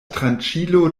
tranĉilo